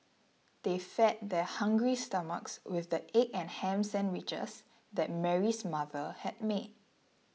they fed their hungry stomachs with the egg and ham sandwiches that Mary's mother had made